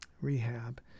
rehab